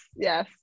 yes